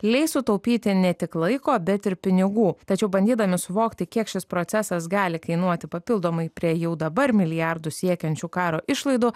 leis sutaupyti ne tik laiko bet ir pinigų tačiau bandydami suvokti kiek šis procesas gali kainuoti papildomai prie jau dabar milijardus siekiančių karo išlaidų